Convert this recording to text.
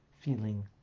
feeling